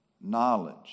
knowledge